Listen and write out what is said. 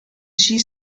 she